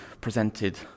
presented